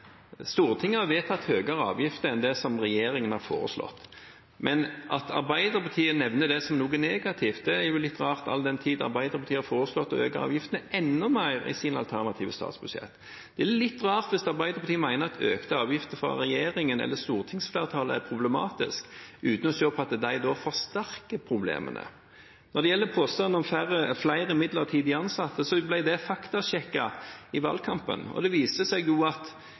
Stortinget har vedtatt høyere avgifter enn det regjeringen har foreslått. Men at Arbeiderpartiet nevner det som noe negativt, er litt rart all den tid Arbeiderpartiet har foreslått å øke avgiftene enda mer i sine alternative statsbudsjett. Det er litt rart hvis Arbeiderpartiet mener at økte avgifter fra regjeringen eller stortingsflertallet er problematisk, uten å se på at de forsterker problemene. Når det gjelder påstanden om flere midlertidig ansatte, ble dette faktasjekket i valgkampen, og det viste seg at